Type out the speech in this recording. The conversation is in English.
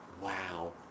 wow